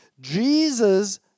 Jesus